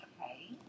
Okay